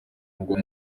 ngo